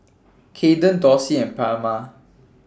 Kayden Dorsey and Palma